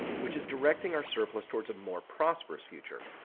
which is directing our surplus towards a more prosperous future.